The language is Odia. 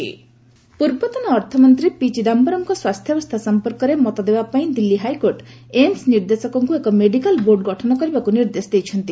ଏଚ୍ସି ଚିଦାମ୍ବରମ୍ ପୂର୍ବତନ ଅର୍ଥମନ୍ତ୍ରୀ ପି ଚିଦାୟରମ୍ଙ୍କ ସ୍ୱାସ୍ଥ୍ୟାବସ୍ଥା ସମ୍ପର୍କରେ ମତ ଦେବାପାଇଁ ଦିଲ୍ଲୀ ହାଇକୋର୍ଟ ଏମ୍ସ୍ ନିର୍ଦ୍ଦେଶକଙ୍କୁ ଏକ ମେଡିକାଲ୍ ବୋର୍ଡ଼ ଗଠନ କରିବାକୁ ନିର୍ଦ୍ଦେଶ ଦେଇଛନ୍ତି